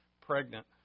pregnant